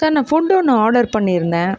sir நான் food ஒன்று order பண்ணியிருந்தேன்